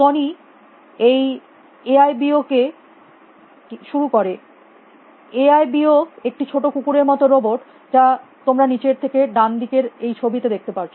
Sony এই A I B O কে কে শুরু করে এ আই বি ও একটি ছোট কুকুরের মতন রোবট যা তোমরা নিচের থেকে ডান দিকের এই ছবিতে দেখতে পারছ